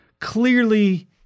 clearly